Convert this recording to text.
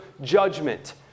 judgment